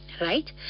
right